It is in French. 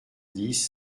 dix